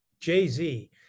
Jay-Z